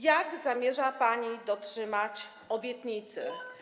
Jak zamierza pani dotrzymać obietnicy?